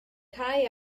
cau